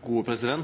det som er